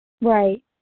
Right